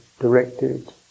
directed